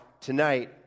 tonight